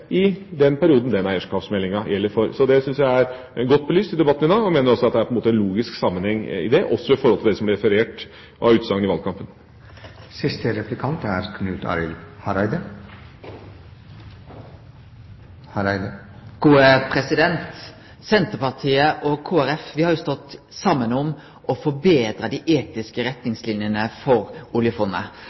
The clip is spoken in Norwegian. i den perioden den eierskapsmeldinga gjelder for. Det syns jeg er godt belyst i debatten i dag, og jeg mener også at det er en logisk sammenheng i det, også når det gjelder det som ble referert av utsagn i valgkampen. Senterpartiet og Kristeleg Folkeparti har jo stått saman om å forbetre dei etiske retningslinjene for oljefondet.